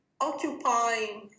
occupying